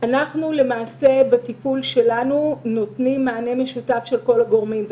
למעשה בטיפול שלנו אנחנו נותנים מענה משותף של כל הגורמים.